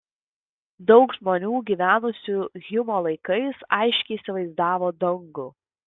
daug žmonių gyvenusių hjumo laikais aiškiai įsivaizdavo dangų